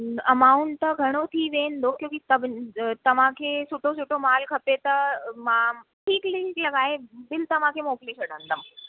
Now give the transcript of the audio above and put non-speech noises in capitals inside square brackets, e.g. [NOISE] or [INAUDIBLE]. amount त घणो थी वेंदो क्योकी सभिनी तव्हांखे सुठो सुठो माल खपे त मां [UNINTELLIGIBLE] बिल तव्हांखे मोकिले छॾंदमि